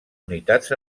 unitats